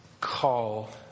call